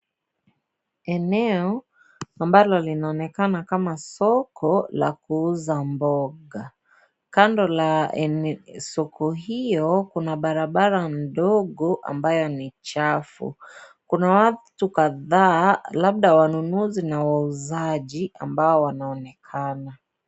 Eneo ambalo linaonekana kama soko la kuuza mboga. kando la soko hiyo kuna arbara ndogo ambayo ni chafu. kuna watu kadhaa labda wanunuzi na wauzaji ambao wanaonekana